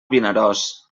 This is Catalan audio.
vinaròs